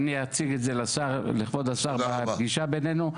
אני אציג את זה לכבוד השר בפגישה בנינו,